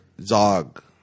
Zog